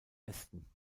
westen